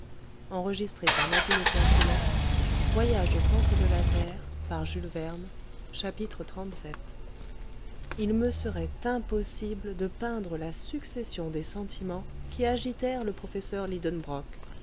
derrière lui xxxvii il me serait impossible de peindre la succession des sentiments qui agitèrent le professeur